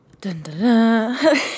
Dun-dun-dun